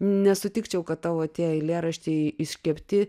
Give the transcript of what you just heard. nesutikčiau kad tavo tie eilėraščiai iškepti